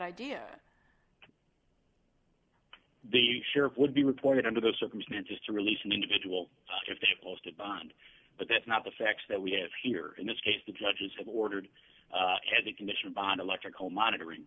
idea the sheriff would be reported under those circumstances to release an individual if they posted bond but that's not the facts that we have here in this case the judges have ordered as a condition of bond electrical monitoring